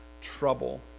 trouble